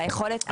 אבל היכולת,